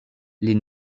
les